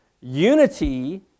Unity